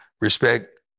Respect